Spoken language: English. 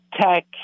tech